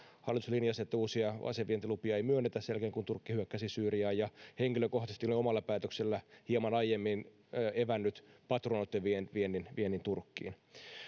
hallitus linjasi että uusia asevientilupia ei myönnetä sen jälkeen kun turkki hyökkäsi syyriaan henkilökohtaisesti olen omalla päätökselläni hieman aiemmin evännyt patruunoitten viennin viennin turkkiin